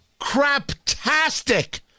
Craptastic